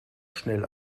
schnell